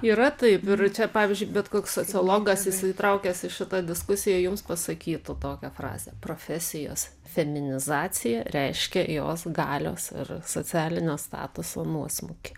yra taip ir čia pavyzdžiui bet koks sociologas įtraukęs į šitą diskusiją jums pasakytų tokią frazę profesijos feminizacija reiškia jos galios ir socialinio statuso nuosmukį